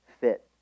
fit